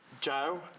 joe